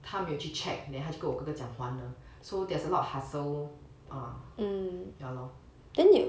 他没有去 check then 他就跟我哥哥讲还了 so there's a lot of hassle ah ya lor